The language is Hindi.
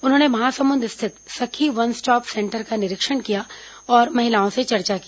उन्होंने महासमुद स्थित सखी वन स्टाप सेंटर का निरीक्षण किया और महिलाओं से चर्चा की